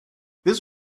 this